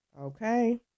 okay